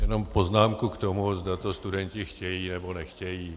Jenom poznámku k tomu, zda to studenti chtějí, nebo nechtějí.